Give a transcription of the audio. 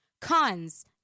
Cons